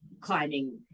climbing